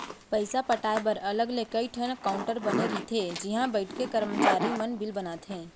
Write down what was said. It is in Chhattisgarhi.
पइसा पटाए बर अलग ले कइ ठन काउंटर बने रथे जिहॉ बइठे करमचारी मन बिल बनाथे